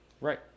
Right